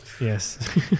Yes